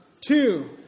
two